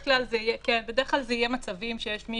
ואז יכול להיות